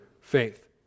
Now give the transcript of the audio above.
faith